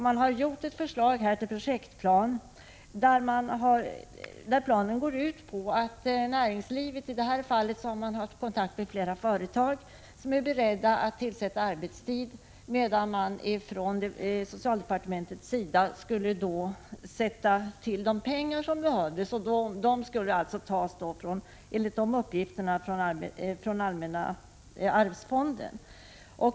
Man har upprättat ett förslag till projektplan, och man har haft kontakt med flera företag som är beredda att tillsätta arbetstid. Socialdepartementet skulle å sin sida skjuta till pengar som enligt uppgifterna skulle tas från allmänna arvsfonden.